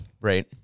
Right